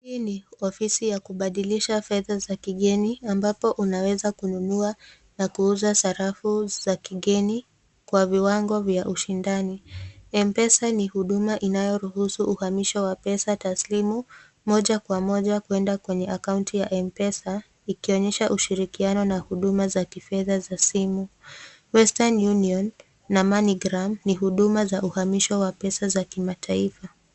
Hii ni ofisi ya kubadilisha fedha za kigeni ambapo unaweza kununua na kuuza sarafu za kigeni kwa viwango vya ushindani. [Mpesa] ni huduma inayoruhusu uhamisho wa pesa taslimu moja kwa moja kwenda kwenye akaunti ya [Mpesa] ikionyesha ushirikiano na huduma za kifedha za simu. [Western Union na [MoneyGram] ni huduma za uhamisho wa pesa za kimataifa.